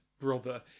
brother